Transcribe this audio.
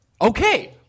Okay